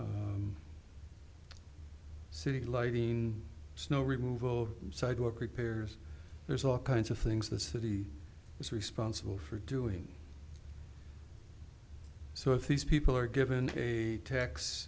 city lighting snow removal of sidewalk repairs there's all kinds of things the city is responsible for doing so if these people are given a